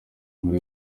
nkuru